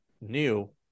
new